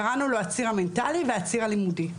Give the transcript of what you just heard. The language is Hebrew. קראנו לו הציר המנטלי והציר הלימודי.